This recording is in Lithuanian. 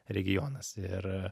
regionas ir